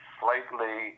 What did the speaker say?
slightly